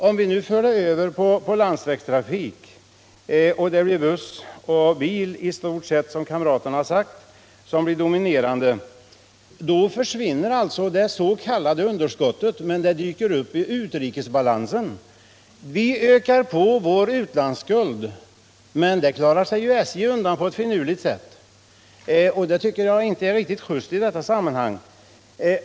Om vi för över järnvägstrafiken till landsväg, dvs. i stort sett till buss och bil, som här framhållits, försvinner det s.k. underskottet men det dyker upp i utrikesbalansen. Vi ökar på vår utlandsskuld, men det klarar sig SJ undan från på ett finurligt sätt, som jag inte tycker är riktigt just i detta sammanhang.